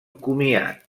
comiat